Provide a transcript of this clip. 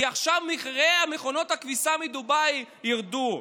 כי עכשיו מחירי מכונות הכביסה מדובאי ירדו.